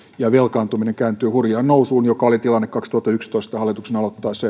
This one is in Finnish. ja velkaantuminen kääntyi hurjaan nousuun mikä oli tilanne kaksituhattayksitoista hallituksen aloittaessa